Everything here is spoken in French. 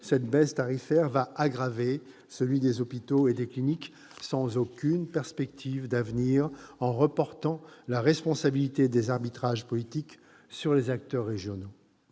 cette baisse tarifaire va aggraver celui des hôpitaux et des cliniques sans aucune perspective d'avenir, en reportant la responsabilité des arbitrages politiques sur les acteurs régionaux.